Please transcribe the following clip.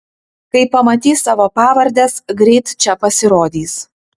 kai pamatys savo pavardes greit čia pasirodys